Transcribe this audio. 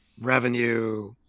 revenue